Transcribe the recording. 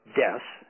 deaths